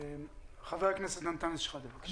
ח"כ אינטאנס שחאדה, בבקשה.